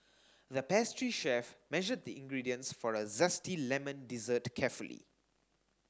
the pastry chef measured the ingredients for a zesty lemon dessert carefully